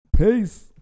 Peace